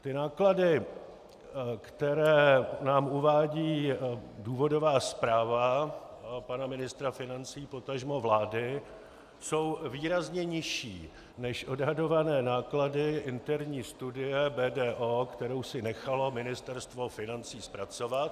Ty náklady, které nám uvádí důvodová zpráva pana ministra financí, potažmo vlády, jsou výrazně nižší než odhadované náklady interní studie BDO, kterou si nechalo Ministerstvo financí zpracovat...